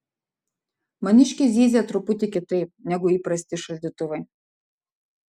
maniškis zyzia truputį kitaip negu įprasti šaldytuvai